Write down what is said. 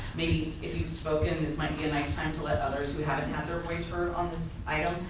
maybe if you've spoken, this might be a nice time to let others who haven't had their voice heard on this item.